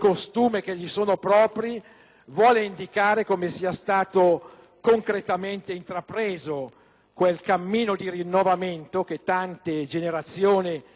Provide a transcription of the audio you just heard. quel cammino di rinnovamento che tante generazioni di padani e di italiani avevano appena potuto sognare.